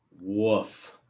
Woof